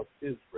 Israel